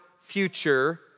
future